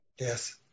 Yes